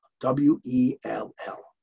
W-E-L-L